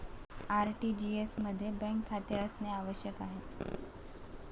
RTGS मध्ये bank खाते असणे आवश्यक आहे